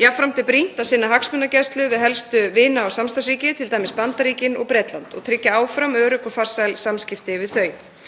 Jafnframt er brýnt að sinna hagsmunagæslu við helstu vina- og samstarfsríki, t.d. Bandaríkin og Bretland, og tryggja áfram örugg og farsæl samskipti við þau.